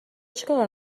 چیکار